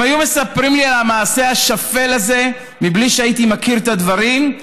אם היו מספרים לי על המעשה השפל הזה מבלי שהייתי מכיר את הדברים,